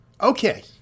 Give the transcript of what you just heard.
Okay